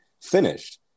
finished